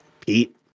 Pete